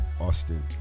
Austin